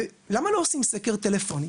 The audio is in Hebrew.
למה לא עושים סקר טלפוני?